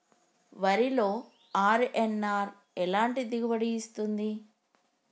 వరిలో అర్.ఎన్.ఆర్ ఎలాంటి దిగుబడి ఇస్తుంది?